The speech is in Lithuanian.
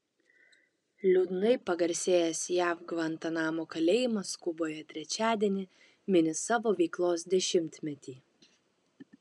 liūdnai pagarsėjęs jav gvantanamo kalėjimas kuboje trečiadienį mini savo veiklos dešimtmetį